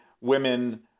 women